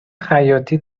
خیاطی